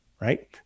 right